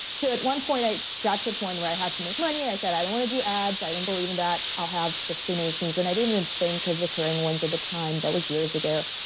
so, at one point, i got to a point where i had to make money. i said, i don't wanna do ads. i don't believe in that. i'll have just donations and i didn't think of recurring ones, at the time. that was years ago.